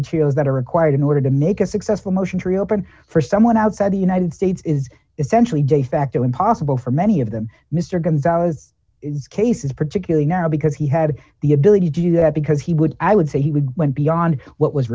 materials that are required in order to make a successful motion to reopen for someone outside the united states is essentially de facto impossible for many of them mr gonzalez case is particularly now because he had the ability to do that because he would i would say he would went beyond what was